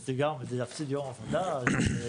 וזה גם להפסיד יום עבודה ונסיעות.